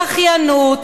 בכיינות,